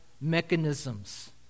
mechanisms